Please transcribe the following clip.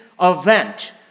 event